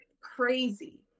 Crazy